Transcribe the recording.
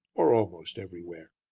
or almost everywhere.